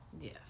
Yes